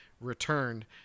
returned